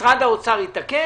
היום משרד האוצר התעקש,